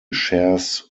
shares